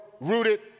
rooted